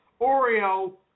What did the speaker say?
Oreo